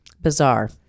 Bizarre